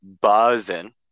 buzzing